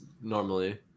normally